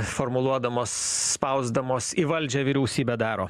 formuluodamos spausdamos į valdžią vyriausybę daro